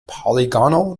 polygonal